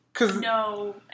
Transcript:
no